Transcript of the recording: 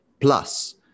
Plus